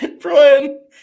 Brian